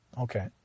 okay